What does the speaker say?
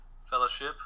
Fellowship